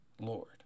Lord